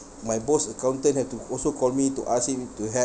my boss accountant have to also call me to ask him to help